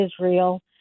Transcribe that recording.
Israel